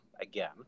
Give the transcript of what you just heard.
again